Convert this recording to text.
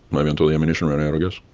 maybe until the ammunition ran out i guess.